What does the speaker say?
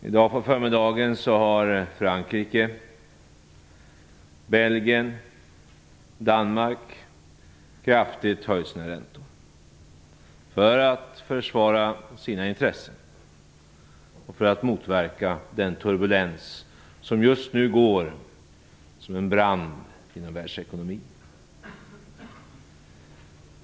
I dag på förmiddagen har Frankrike, Belgien och Danmark kraftigt höjt sina räntor för att försvara sina intressen och för att motverka den turbulens som just nu går som en brand genom världsekonomin.